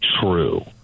true